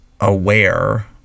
aware